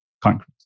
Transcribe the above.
concrete